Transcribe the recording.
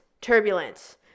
turbulence